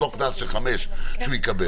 אותו קנס של 5,000 שקל שהוא יקבל,